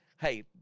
Hey